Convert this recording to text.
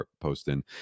posting